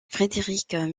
frédéric